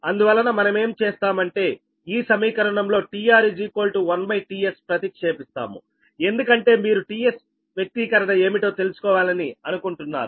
అందువలన మనమేం చేస్తామంటే ఈ సమీకరణం లో tR1tSప్రతిక్షేపిస్తాము ఎందుకంటే మీరు tSవ్యక్తీకరణ ఏమిటో తెలుసుకోవాలని అనుకుంటున్నారు